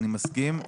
אני מסכים.